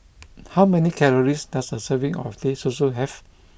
how many calories does a serving of Teh Susu have